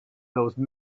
those